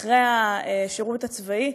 אחרי השירות הצבאי,